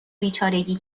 بیچارگی